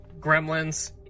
Gremlins